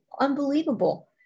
unbelievable